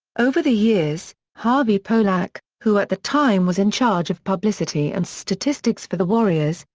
over the years, harvey pollack, who at the time was in charge of publicity and statistics for the warriors,